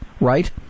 right